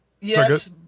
yes